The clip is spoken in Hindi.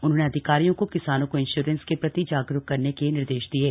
उन्होंने अधिकारियों को किसानों को इंश्योरेंस के प्रति जागरूक करने के निर्देश दिये